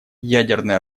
ядерное